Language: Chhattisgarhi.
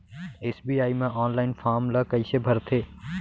एस.बी.आई म ऑनलाइन फॉर्म ल कइसे भरथे?